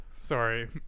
Sorry